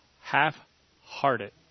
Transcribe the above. half-hearted